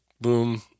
boom